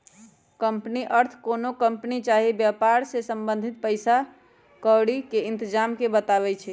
company अर्थ कोनो company चाही वेपार से संबंधित पइसा क्औरी के इतजाम के बतबै छइ